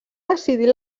decidir